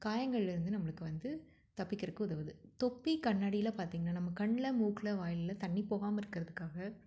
காயங்கள்லேருந்து நம்மளுக்கு வந்து தப்பிக்கிறதுக்கு உதவுது தொப்பி கண்ணாடிலாம் பார்த்தீங்கன்னா நம்ம கண்ணில் மூக்கில் வாயிலலாம் தண்ணி போகாமல் இருக்கிறதுக்காக